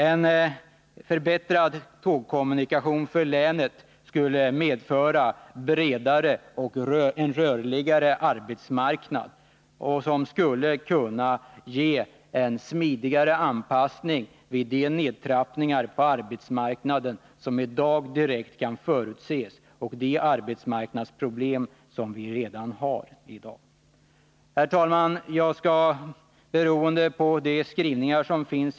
En förbättrad tågkommunikation för länet skulle medföra en bredare och rörligare arbetsmarknad, som skulle kunna ge en smidigare anpassning när det gäller de nedtrappningar på arbetsmarknaden som i dag direkt kan förutses och de arbetsmarknadsproblem vi har i dag. Herr talman!